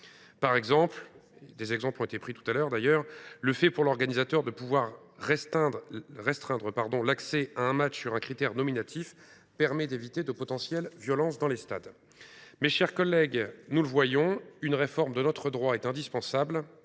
Par exemple, le fait que l’organisateur puisse restreindre l’accès à un match sur critère nominatif permet d’éviter de potentielles violences dans les stades. Mes chers collègues, nous le voyons, une réforme de notre droit est indispensable